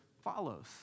follows